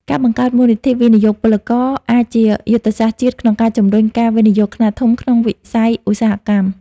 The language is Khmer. ការបង្កើត "មូលនិធិវិនិយោគពលករ" អាចជាយុទ្ធសាស្ត្រជាតិក្នុងការជម្រុញការវិនិយោគខ្នាតធំក្នុងវិស័យឧស្សាហកម្ម។